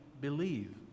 believe